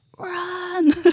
run